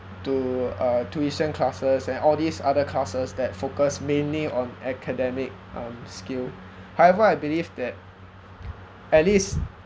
to uh tuition classes and all these other classes that focus mainly on academic um skill however I believe that at least